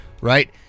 Right